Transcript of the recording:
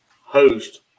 host